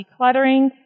decluttering